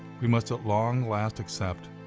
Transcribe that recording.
we must at long last accept